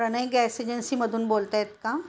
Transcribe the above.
प्रणय gas एजन्सीमधून बोलत आहेत का